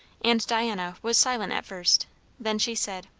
and diana was silent at first then she said,